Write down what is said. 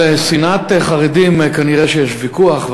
על שנאת חרדים כנראה יש ויכוח,